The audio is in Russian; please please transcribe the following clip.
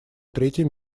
третий